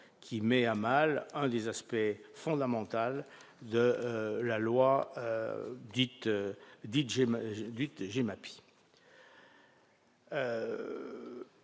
qui met à mal l'un des aspects fondamentaux de la loi dite GEMAPI.